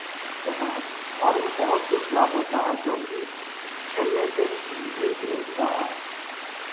हैं और भी बहुत कुछ लाभ होता है जो कि खेलने से भी मिलता है